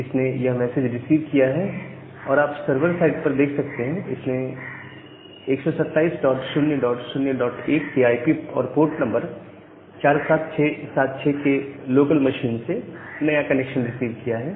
इसने यह message receive किया है और आप सर्वर साइड पर देख सकते हैं इसने 127001 के आईपी और पोर्ट नंबर 47676 के लोकल मशीन से नया कनेक्शन रिसीव किया है